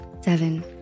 Seven